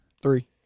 Three